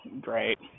Great